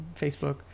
Facebook